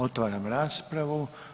Otvaram raspravu.